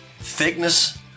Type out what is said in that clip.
Thickness